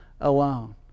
alone